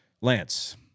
Lance